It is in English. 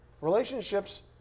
Relationships